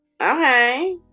Okay